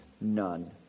none